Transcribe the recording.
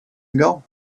ago